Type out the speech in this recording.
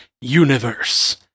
universe